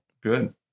Good